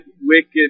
wicked